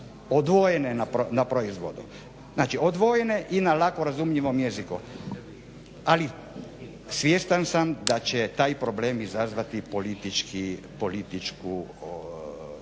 odvojene na proizvodu. Znači odvojene i na lako razumljivom jeziku. Ali svjestan sam da će taj problem izazvati političku